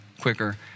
quicker